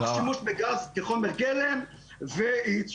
אני מודה